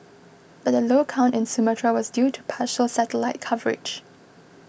but the low count in Sumatra was due to partial satellite coverage